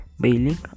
bailing